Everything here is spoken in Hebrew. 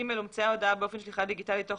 (ג)הומצאה הודעה באופן שליחה דיגיטלי תוך